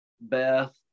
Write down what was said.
Beth